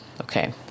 okay